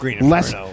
less